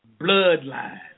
bloodline